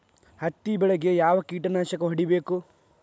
ಹತ್ತಿ ಬೆಳೇಗ್ ಯಾವ್ ಕೇಟನಾಶಕ ಹೋಡಿಬೇಕು?